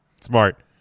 smart